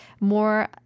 more